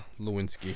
Lewinsky